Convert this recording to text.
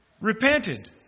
repented